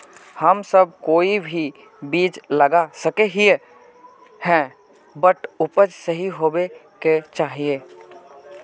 हम सब कोई भी बीज लगा सके ही है बट उपज सही होबे क्याँ चाहिए?